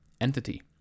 entity